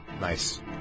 Nice